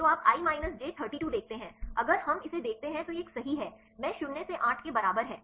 तो आप i minus j 32 देखते हैं अगर हम इसे देखते हैं तो यह एक सही है मैं शून्य से 8 के बराबर है